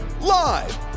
live